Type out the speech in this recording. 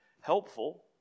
helpful